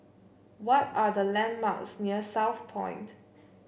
what are the landmarks near Southpoint